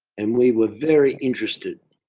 and we where very interested.